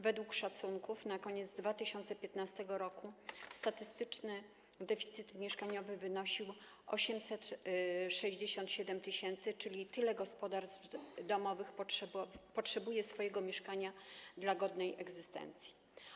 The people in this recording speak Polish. Według szacunków na koniec 2015 r. statystyczny deficyt mieszkaniowy wynosił 867 tys., czyli tyle gospodarstw domowych potrzebuje swojego mieszkania dla godnej egzystencji.